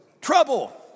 trouble